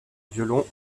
violon